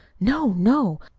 no, no!